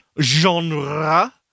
genre